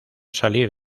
salir